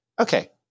Okay